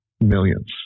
millions